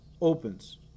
opens